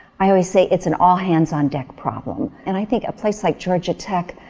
i always say it's an all hands on deck problem. and i think a place like georgia tech,